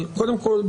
אבל קודם כול,